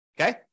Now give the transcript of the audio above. Okay